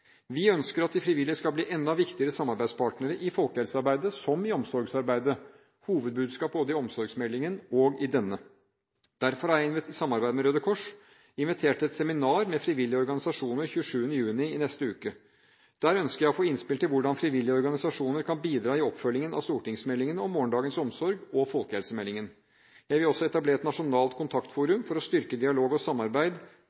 Vi ønsker at de frivillige skal bli enda viktigere samarbeidspartnere i folkehelsearbeidet, som i omsorgsarbeidet, noe som er hovedbudskapet både i omsorgsmeldingen og i denne meldingen. Derfor har jeg i samarbeid med Røde Kors invitert til et seminar med frivillige organisasjoner 27. juni, i neste uke. Der ønsker jeg å få innspill til hvordan frivillige organisasjoner kan bidra i oppfølgingen av stortingsmeldingene Morgendagens omsorg og folkehelsemeldingen. Jeg vil også etablere et nasjonalt